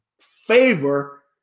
favor